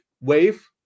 wave